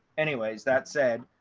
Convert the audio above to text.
anyways, that said,